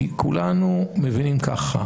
כי כולנו מבינים ככה,